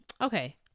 okay